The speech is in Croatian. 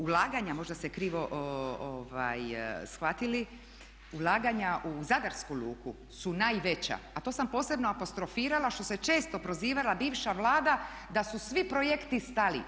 Ulaganja, možda ste krivo shvatili, ulaganja u zadarsku luku su najveća a to sam posebno apostrofirala što se često prozivala bivša Vlada da su svi projekti stali.